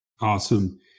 Awesome